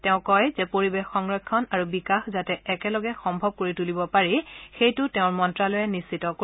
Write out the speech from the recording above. তেওঁ কয় যে পৰিৱেশ সংৰক্ষণ আৰু বিকাশ যাতে একেলগে সম্ভৱ কৰি তুলিব পাৰি সেইটো তেওঁৰ মন্ত্ৰালয়ে নিশ্চিত কৰিব